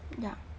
ya